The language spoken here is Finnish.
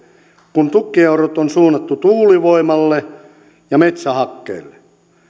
kun tukieurot on suunnattu tuulivoimalle ja metsähakkeille